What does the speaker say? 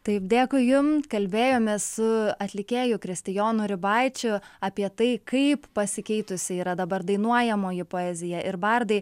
taip dėkui jum kalbėjomės su atlikėju kristijonu ribaičiu apie tai kaip pasikeitusi yra dabar dainuojamoji poezija ir bardai